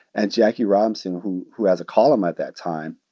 and jackie robinson, who who has a column at that time,